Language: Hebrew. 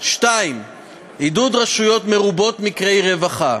2. עידוד רשויות מרובות מקרי רווחה,